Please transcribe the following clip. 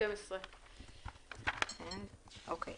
הצבעה אושרה.